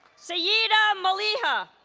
so yeah syeda malliha